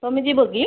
ତମେ ଯିବକି